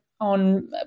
on